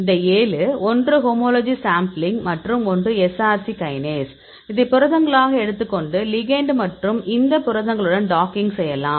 இந்த 7 ஒன்று homology sampling மற்றும் ஒன்று Src கைனேஸ் இதை புரதங்களாக எடுத்துக் கொண்டு லிகெண்ட் மற்றும் இந்த புரதங்களுடன் டாக்கிங் செய்யலாம்